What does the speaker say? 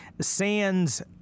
Sands